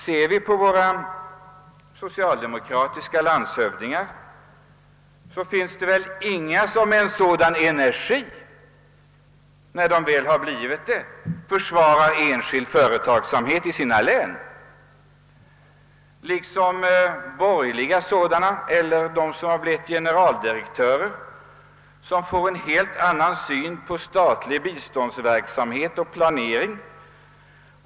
Det finns väl heller ingen, herr talman, som med sådan energi som våra socialdemokratiska landshövdingar försvarar enskild företagsamhet i sina län. Och när personer med borgerlig uppfattning blir landshövdingar eller generaldirektörer, får de genast en helt annan syn på statlig biståndsverksamhet och planering.